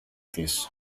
της